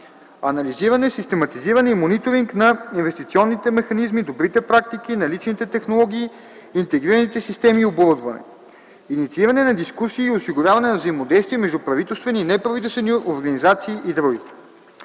анализиране, систематизиране и мониторинг на инвестиционните механизми, добрите практики, наличните технологии, интегрираните системи и оборудване; иницииране на дискусии и осигуряване на взаимодействие между правителствени и неправителствени организации и др.